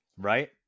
right